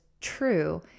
true